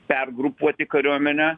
pergrupuoti kariuomenę